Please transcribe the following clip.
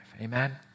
Amen